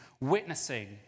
witnessing